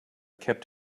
kept